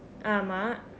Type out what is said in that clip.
ஆமாம்:aamaam